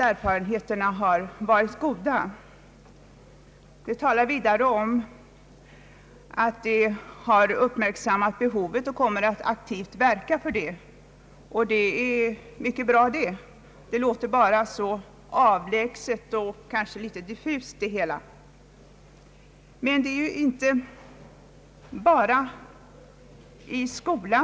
Överstyrelsen har »uppmärksammat behovet av undervisning i samlevnadsfrågor och familjekunskap på alla nivåer inom skolan och kommer att aktivt verka för att en ökning av den utbildning som nu ges kommer till stånd och kontinuerligt utvecklas». Det är mycket bra. Det låter bara så avlägset och ännu litet diffust, det hela.